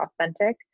authentic